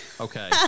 Okay